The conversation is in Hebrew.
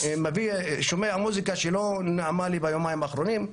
שמעתי מוזיקה שלא נעמה לי ביומיים האחרונים,